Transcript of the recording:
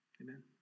Amen